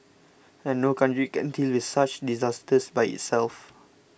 and no country can deal with such disasters by itself